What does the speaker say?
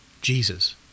Jesus